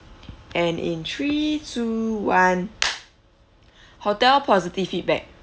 and in three two one hotel positive feedback